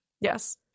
Yes